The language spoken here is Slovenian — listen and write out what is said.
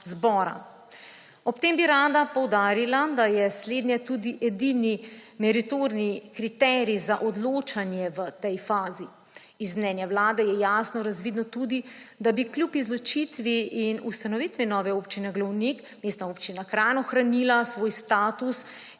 zbora. Ob tem bi rada poudarila, da je slednje tudi edini meritorni kriterij za odločanje v tej fazi. Iz mnenja Vlade je jasno razvidno tudi, da bi kljub izločitvi in ustanovitvi nove Občine Golnik Mestna občina Kranj ohranila svoj status in